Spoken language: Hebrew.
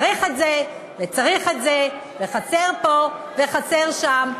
צריך את זה, וצריך את זה, וחסר פה, וחסר שם.